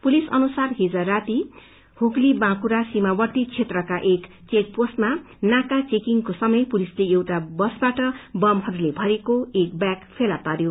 police अनुसार हिज अबेर रात्री हुगली बाँकुझा सीमावर्ती क्षेत्रका एक चेकपोस्टमा नाका चेमिङको समय पुलिसले एउटा बसाबाट बमहस्ले भरिएको एक बैग फेला पार्यो